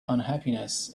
unhappiness